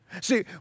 See